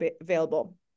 available